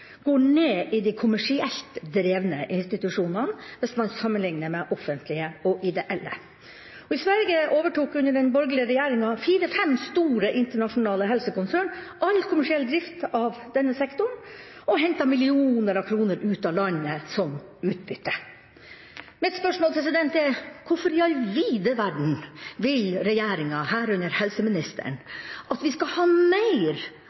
ned i de kommersielt drevne institusjonene, hvis man sammenligner med offentlige og ideelle. I Sverige, under den borgerlige regjeringa, overtok fire–fem store internasjonale helsekonsern all kommersiell drift av denne sektoren og hentet millioner av kroner ut av landet som utbytte. Mitt spørsmål er: Hvorfor i all vide verden vil regjeringa, herunder helseministeren, at vi skal ha mer